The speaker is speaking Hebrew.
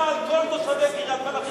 אומר תושבי קריית-מלאכי?